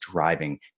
driving